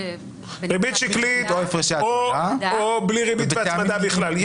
ריבית שקלית או בלי ריבית והצמדה בכלל.